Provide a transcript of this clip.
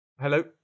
hello